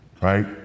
Right